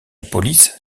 police